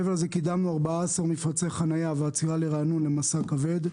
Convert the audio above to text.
קידמנו 14 מפרצי חניה ועצירה לרענון למשא כבד.